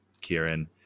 Kieran